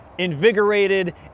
invigorated